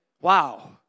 Wow